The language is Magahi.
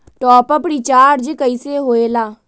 टाँप अप रिचार्ज कइसे होएला?